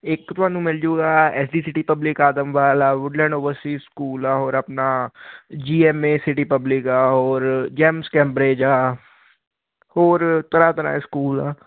ਇੱਕ ਤੁਹਾਨੂੰ ਮਿਲ ਜਾਊਗਾ S D C T Public ਆਦਮ ਵਾਲਾ ਵੁਡਲੈਂਡ ਓਵਰਸੀਜ ਸਕੂਲ ਆ ਔਰ ਆਪਣਾ G M A City Public ਆ ਹੋਰ ਜੈਂਮਕੈਂਬਰੇਜ ਆ ਹੋਰ ਤਰਾਂ ਤਰਾਂ ਦੇ ਸਕੂਲ ਆ